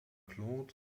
claude